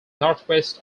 northwest